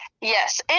Yes